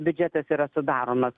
biudžetas yra sudaromas